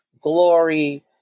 Glory